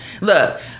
Look